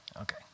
Okay